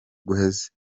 guheze